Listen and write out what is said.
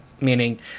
meaning